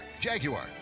Jaguar